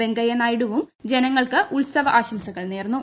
വെങ്കയ്യനായിഡുവും ജനങ്ങൾക്ക് ഉത്സവ ആശംസകൾ നേർന്നു